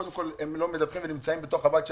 הם לא מדווחים ונמצאים סגורים בתוך הבית שלהם.